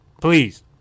Please